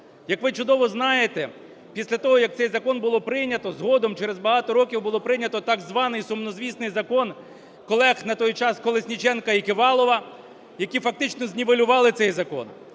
Як ви чудово знаєте, після того, як цей закон було прийнято, згодом через багато років було прийнято так званий сумнозвісний закон колег на той час Колесніченка і Ківалова, які фактично знівелювали цей закон.